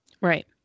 Right